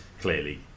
Clearly